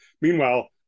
meanwhile